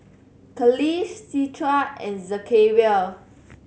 Khalish Citra and Zakaria